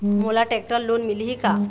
मोला tractor loan मिलही का?